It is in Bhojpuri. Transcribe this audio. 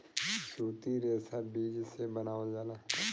सूती रेशा बीज से बनावल जाला